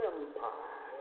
Empire